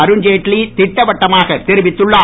அருண்ஜேட்லி திட்டவட்டமாக தெரிவித்துள்ளார்